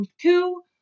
two